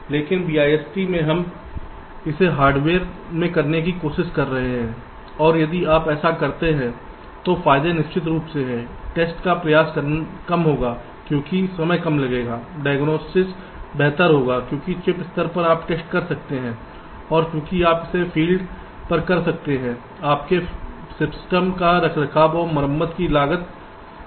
लेकिन BIST में हम इसे हार्डवेयर में करने की कोशिश कर रहे हैं और यदि आप ऐसा करते हैं तो फायदे निश्चित रूप से हैं टेस्ट का प्रयास कम होगा क्योंकि समय कम लगेगा डायग्नोसिस बेहतर होगा क्योंकि चिप स्तर पर आप टेस्ट कर सकते हैं और चूंकि आप इसे फील्ड पर कर सकते हैं आपके सिस्टम का रखरखाव और मरम्मत की लागत भी बहुत कम होगी